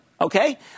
okay